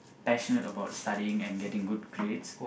passionate about studying and getting good grades